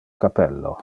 cappello